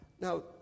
Now